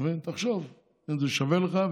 תחשוב אם זה שווה לך.